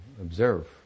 observe